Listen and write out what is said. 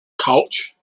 couch